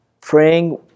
praying